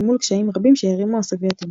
אל מול קשיים רבים שהערימו הסובייטים.